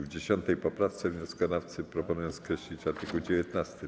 W 10. poprawce wnioskodawcy proponują skreślić art. 19.